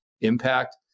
impact